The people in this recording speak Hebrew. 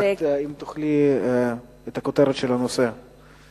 על-פי תוכנית החומש לקידום נצרת בשנים 2008 2013,